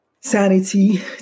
sanity